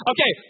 Okay